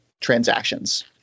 transactions